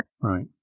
Right